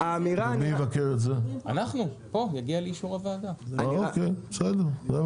הוא לא מבקש אישור, אלא אתם